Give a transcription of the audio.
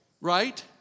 Right